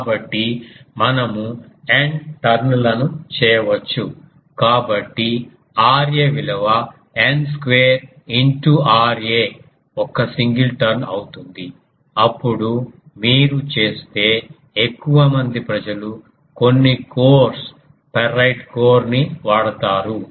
కాబట్టి మనము N turn లను చేయవచ్చు కాబట్టి Ra విలువ N స్క్వేర్ ఇంటూ Ra ఒక్క సింగిల్ టర్న్ అవుతుంది అప్పుడు మీరు చేస్తే ఎక్కువ మంది ప్రజలు కొన్ని కోర్స్ ఫెర్రైట్ కోర్ ని వాడతారు